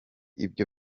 ibyo